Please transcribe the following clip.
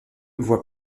voit